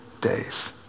days